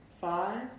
five